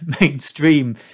mainstream